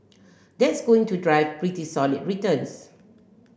that's going to drive pretty solid returns